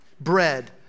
bread